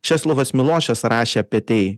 česlovas milošas rašė apie tai